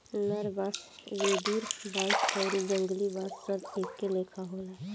नर बांस, वेदुर बांस आउरी जंगली बांस सब एके लेखन होला